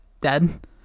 dead